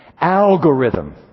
algorithm